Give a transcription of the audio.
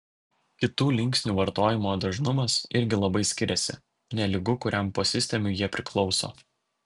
kitų linksnių vartojimo dažnumas irgi labai skiriasi nelygu kuriam posistemiui jie priklauso